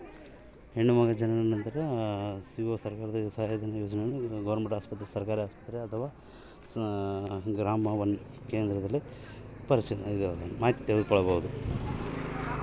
ಹೆಣ್ಣು ಮಗು ಜನನ ನಂತರ ಸಿಗುವ ಸರ್ಕಾರದ ಸಹಾಯಧನ ಯೋಜನೆ ಮಾಹಿತಿ ಎಲ್ಲಿ ಪಡೆಯಬೇಕು?